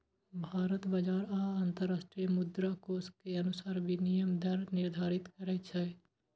भारत बाजार आ अंतरराष्ट्रीय मुद्राकोष के अनुसार विनिमय दर निर्धारित करै छै